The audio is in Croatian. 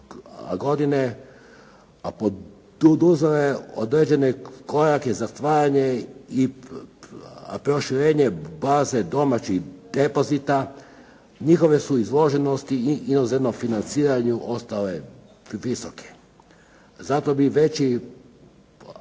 godine poduzele određene korake za stvaranje i proširenje baze domaćih depozita, njihove su izloženosti inozemnom financiranju ostale visoke. Zato bi veći